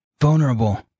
Vulnerable